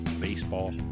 baseball